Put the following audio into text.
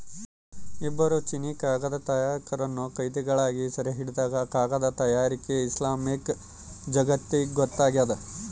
ಇಬ್ಬರು ಚೀನೀಕಾಗದ ತಯಾರಕರನ್ನು ಕೈದಿಗಳಾಗಿ ಸೆರೆಹಿಡಿದಾಗ ಕಾಗದ ತಯಾರಿಕೆ ಇಸ್ಲಾಮಿಕ್ ಜಗತ್ತಿಗೊತ್ತಾಗ್ಯದ